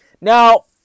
Now